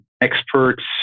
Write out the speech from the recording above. experts